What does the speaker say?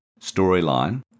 storyline